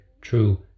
true